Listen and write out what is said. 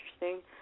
interesting